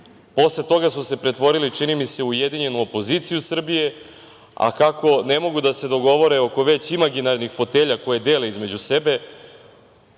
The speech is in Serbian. Posle toga su se pretvorili, čini mi se, u ujedinjenu opoziciju Srbije, a kako ne mogu da se dogovore oko već imaginarnih fotelja koje dele između sebe,